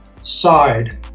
side